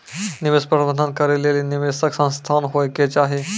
निवेश प्रबंधन करै लेली निवेशक संस्थान होय के चाहि